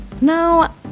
now